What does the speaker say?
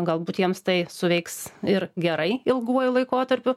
galbūt jiems tai suveiks ir gerai ilguoju laikotarpiu